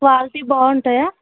quality బాగుంటాయా